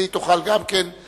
והיא תוכל להוסיף.